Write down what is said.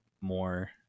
more